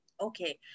okay